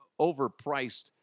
overpriced